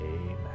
Amen